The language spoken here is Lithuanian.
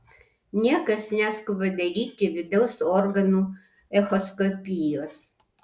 niekas neskuba daryti vidaus organų echoskopijos